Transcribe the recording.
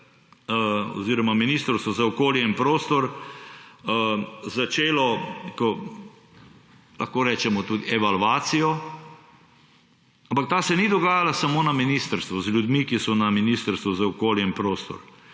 oziroma Ministrstvo za okolje in prostor začelo, lahko rečemo, tudi evalvacijo. Ampak ta se ni dogajala samo na ministrstvu z ljudmi, ki so na Ministrstvu za okolje in prostor.